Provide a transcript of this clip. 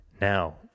Now